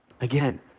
Again